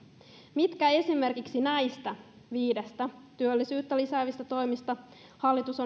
mitkä esimerkiksi näistä viidestä työllisyyttä lisäävästä toimesta hallitus